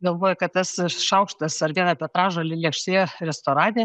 galvoja kad tas šaukštas ar viena petražolė lėkštėje restorane